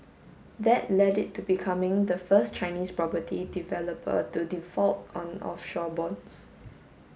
that leaded to becoming the first Chinese property developer to default on offshore bonds